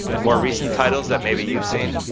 more recent titles that maybe you've seen,